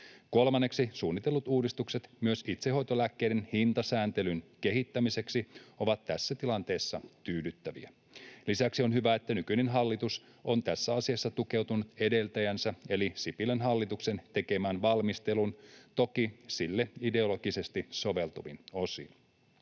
Kolmanneksi, suunnitellut uudistukset myös itsehoitolääkkeiden hintasääntelyn kehittämiseksi ovat tässä tilanteessa tyydyttäviä. Lisäksi on hyvä, että nykyinen hallitus on tässä asiassa tukeutunut edeltäjänsä eli Sipilän hallituksen tekemään valmisteluun, toki sille ideologisesti soveltuvin osin.